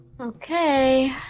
Okay